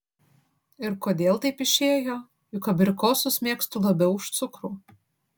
ir kodėl taip išėjo juk abrikosus mėgstu labiau už cukrų